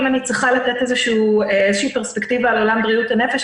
אם אני צריכה לתת איזו פרספקטיבה על עולם בריאות הנפש,